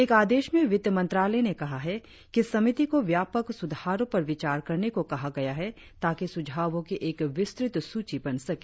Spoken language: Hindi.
एक आदेश में वित्त मंत्रालय ने कहा है कि समिति को व्यापक सुधारों पर विचार करने को कहा गया है ताकि सुझावों की एक विस्तृत सूची बन सके